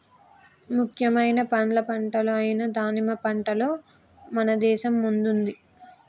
ముఖ్యమైన పండ్ల పంటలు అయిన దానిమ్మ పంటలో మన దేశం ముందుంది